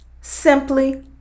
simply